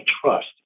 trust